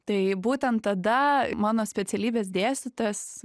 taip būtent tada mano specialybės dėstytojas